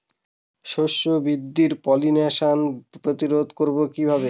শস্য বৃদ্ধির পলিনেশান প্রতিরোধ করব কি করে?